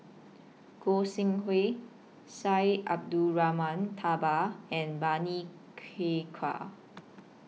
Goi Seng Hui Syed Abdulrahman Taha and Bani Haykal